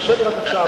תרשה לי רק עכשיו.